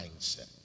mindset